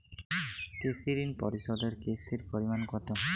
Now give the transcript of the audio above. কৃষি ঋণ পরিশোধের কিস্তির পরিমাণ কতো?